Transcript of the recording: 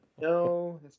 No